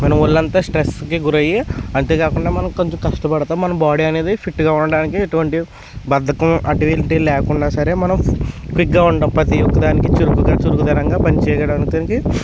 మన ఒళ్ళంతా స్ట్రెస్కి గురయ్యి అంతే కాకుండా మనం కొంచెం కష్టపడతాము మన బాడీ అనేది ఫిట్గా ఉండాటానికి ఎటువంటి బద్ధకం వంటివి వంటివి లేకుండా సరే మనం ఫిట్గా ఉంటాము ప్రతీ ఒక్కదానికి చురుగ్గా చురుకుదనంగా పనిచేయడానికి